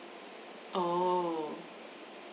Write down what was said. oh